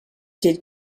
did